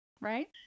right